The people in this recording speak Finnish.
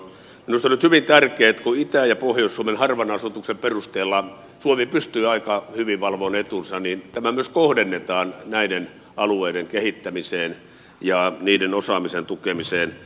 minusta on nyt hyvin tärkeää että kun itä ja pohjois suomen harvan asutuksen perusteella suomi pystyy aika hyvin valvomaan etunsa niin tämä myös kohdennetaan näiden alueiden kehittämiseen ja niiden osaamisen tukemiseen